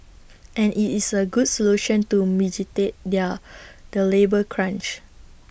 and IT is A good solution to their the labour crunch